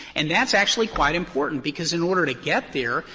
and that's actually quite important, because in order to get there,